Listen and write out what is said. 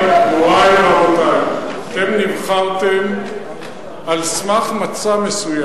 אתה לא שומע מה אני מדבר אתך.